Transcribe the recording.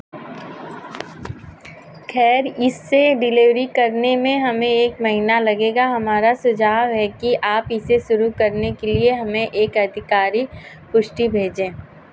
खैर इससे डिलेवरी करने में हमें एक महीना लगेगा हमारा सुझाव है कि आप इसे शुरू करने के लिए हमें एक अधिकारि पुष्टि भेजें